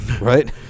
right